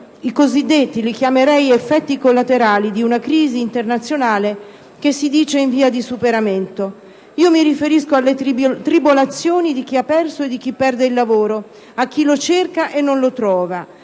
che definirei gli effetti collaterali di una crisi internazionale che si dice in via di superamento. Mi riferisco alle tribolazioni di chi ha perso e di chi perde il lavoro, di chi lo cerca e non lo trova.